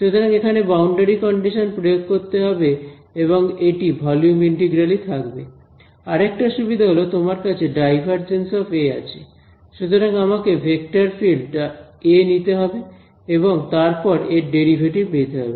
সুতরাং এখানে boundary condition প্রয়োগ করতে হবে এবং এটি ভলিউম ইন্টিগ্রাল ই থাকবে আরেকটা সুবিধা হল তোমার কাছে আছে সুতরাং আমাকে ভেক্টর ফিল্ড নিতে হবে এবং তারপর এর ডেরিভেটিভ নিতে হবে